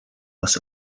бас